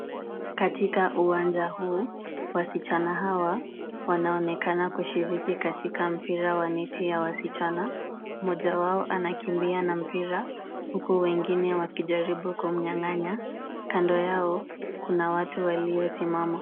Katika uwanja huu, wasichana hawa wanaonekana kushiriki katika mpira wa neti ya wasichana. Mmoja wao anakimbia na mpira huku wengine wakijaribu kumnyang'anya, kando yao kuna watu waliosimama.